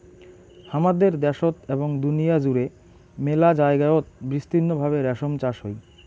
হামাদের দ্যাশোত এবং দুনিয়া জুড়ে মেলা জায়গায়ত বিস্তৃত ভাবে রেশম চাষ হই